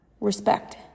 respect